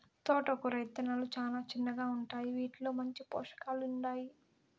తోటకూర ఇత్తనాలు చానా చిన్నగా ఉంటాయి, వీటిలో మంచి పోషకాలు ఉంటాయి